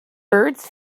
birds